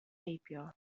heibio